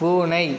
பூனை